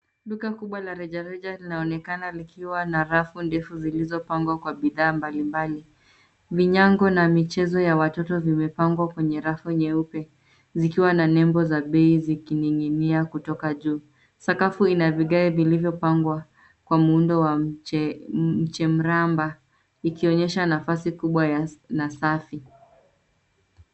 Duka kubwa la rejareja linaonekana likiwa na rafu ndefu zilizopangwa kwa bidhaa mbalimbali. Vinyago na michezo ya watoto vimepangwa kwenye refu nyeupe zikiwa na nembo za bei zikining'inia kutoka juu. Sakafu ina vigae vilivyopangwa kwa muundo wa mche mraba ikionyesha nafasi kubwa na safi.